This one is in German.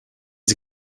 sie